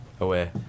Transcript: away